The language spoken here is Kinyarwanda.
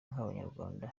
nk’abanyarwanda